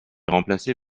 remplacé